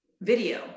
video